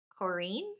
Corrine